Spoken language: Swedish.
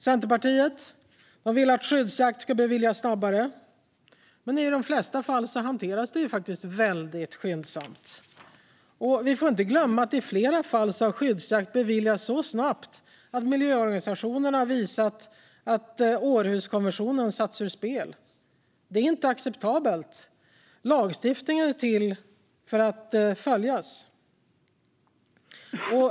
Centerpartiet vill att skyddsjakt ska beviljas snabbare, men i de allra flesta fall hanteras det faktiskt väldigt skyndsamt. Vi får inte glömma att i flera fall har skyddsjakt beviljats så snabbt att miljöorganisationerna visat att Århuskonventionen satts ur spel. Det är inte acceptabelt. Lagstiftning är till för att följas.